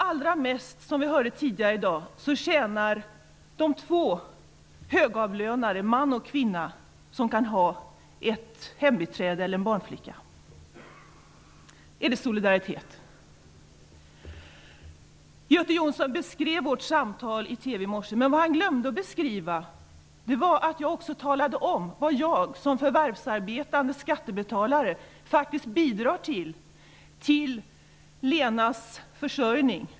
Allra mest tjänar de två högavlönade, man och kvinna, som kan ha ett hembiträde eller en barnflicka, som vi hörde tidigare i dag. Är det solidaritet? Göte Jonsson beskrev vårt samtal i TV i morse. Men han glömde att beskriva att jag också talade om vad jag som förvärvsarbetande skattebetalare faktiskt bidrar till när det gäller Lenas försörjning.